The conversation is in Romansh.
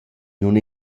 nun